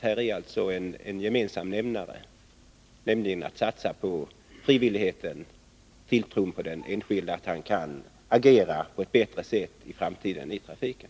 Här är alltså en gemensam nämnare, nämligen att satsa på frivilligheten och tilltron till att den enskilde kan agera på ett bättre sätt i trafiken i framtiden.